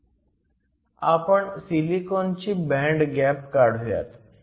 आपण सिलिकॉनची band gap काढुयात